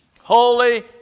Holy